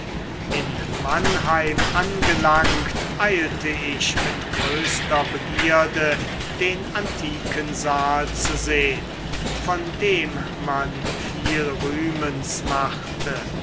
in mannheim angelangt eilte ich mit größter begierde den antikensaal zu sehn von dem man viel rühmens machte